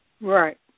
Right